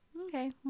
Okay